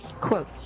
Quote